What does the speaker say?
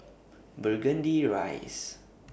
Burgundy Rise